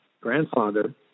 grandfather